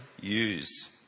use